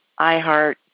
iHeart